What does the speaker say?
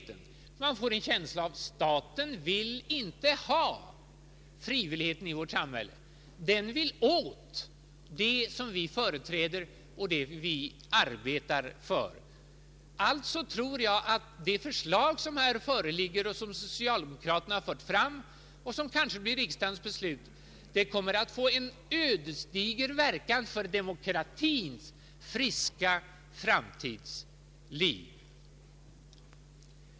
Det skapas en känsla av att staten inte vill ha frivilligheten i vårt samhälle, att den vill åt det som vi företräder och arbetar för. Jag tror alltså att det förslag som här föreligger, som socialdemokraterna fört fram och som kanske blir riksdagens beslut, kommer att få en ödesdiger verkan för demokratins friska framtid.